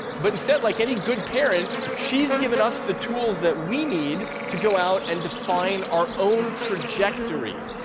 but instead, like any good parent, she's given us the tools that we need to go out and define our own trajectory.